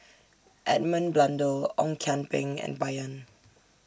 Edmund Blundell Ong Kian Peng and Bai Yan